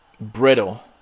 brittle